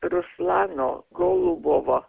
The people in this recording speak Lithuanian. ruslano golubovo